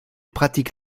pratique